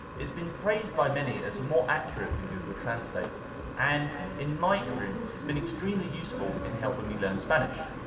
has been praised by many as more accurate than google translate and in my experience, it has been extremely useful in helping me learn spanish.